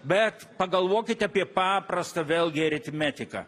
bet pagalvokit apie paprastą vėlgi aritmetiką